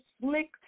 slick